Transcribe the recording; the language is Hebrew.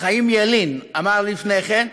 חיים ילין אמר לפני כן,